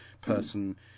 person